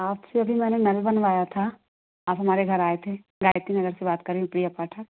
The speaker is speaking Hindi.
आप से अभी मैंने नल बनवाया था आप हमारे घर आए थे गायत्री नगर से बात कर रही हूँ प्रिया पाठक